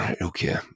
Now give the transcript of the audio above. okay